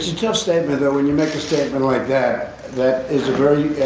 it's a tough statement though, when you make a statement like that, that is a very,